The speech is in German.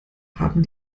haben